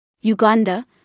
Uganda